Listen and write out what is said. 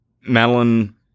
Madeline